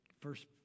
First